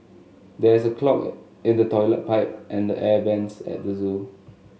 there is a clog in the toilet pipe and the air vents at the zoo